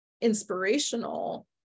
inspirational